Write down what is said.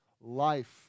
life